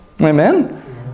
Amen